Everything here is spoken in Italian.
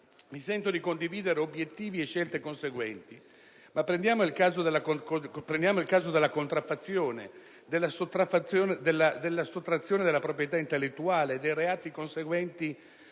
mi sento di condividere obiettivi e scelte conseguenti. Prendiamo il caso della contraffazione, della sottrazione della proprietà intellettuale, dei reati conseguenti